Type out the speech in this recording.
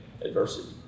adversity